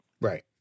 Right